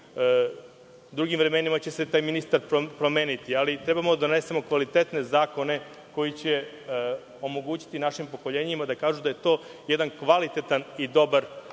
drugim vremenima će se taj ministar promeniti, ali trebamo da donesemo kvalitetne zakone koji će omogućiti našim pokoljenjima da kažu da je to jedan kvalitetan i dobar zakon.